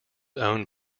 owned